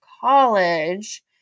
college